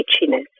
itchiness